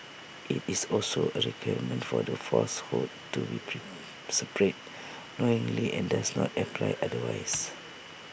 IT is also A requirement for the falsehood to be spread knowingly and does not apply otherwise